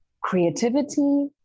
creativity